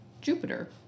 jupiter